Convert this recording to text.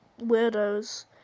weirdos